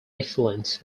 excellence